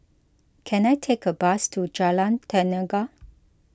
can I take a bus to Jalan Tenaga